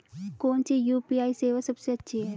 कौन सी यू.पी.आई सेवा सबसे अच्छी है?